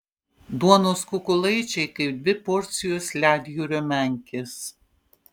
duonos kukulaičiai kaip dvi porcijos ledjūrio menkės